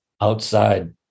outside